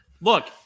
Look